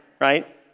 right